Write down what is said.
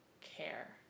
care